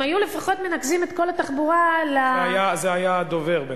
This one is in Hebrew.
אם היו לפחות מנקזים את כל התחבורה --- זה היה דובר בית-החולים.